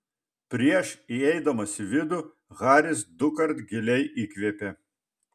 prieš įeidamas į vidų haris dukart giliai įkvėpė